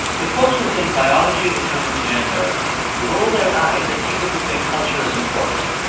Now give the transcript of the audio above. the folks who think biology determines gender roll their eyes at people who think culture is important.